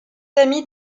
amis